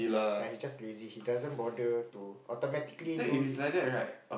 ya he just lazy he doesn't bother to automatically do it himself